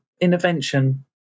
intervention